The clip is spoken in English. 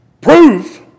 proof